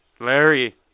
Larry